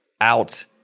out